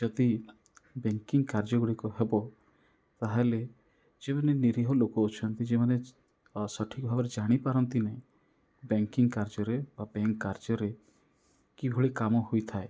ଯଦି ବ୍ୟାଙ୍କିଙ୍ଗ୍ କାର୍ଯ୍ୟଗୁଡ଼ିକ ହେବ ତାହେଲେ ଯେଉଁମାନେ ନିରୀହ ଲୋକ ଅଛନ୍ତି ଯେଉଁମାନେ ସଠିକ୍ ଭାବରେ ଜାଣିପାରନ୍ତି ନି ବ୍ୟାଙ୍କିଙ୍ଗ୍ କାର୍ଯ୍ୟରେ ବା ବ୍ୟାଙ୍କ୍ କାର୍ଯ୍ୟରେ କିଭଳି କାମ ହୋଇଥାଏ